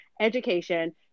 education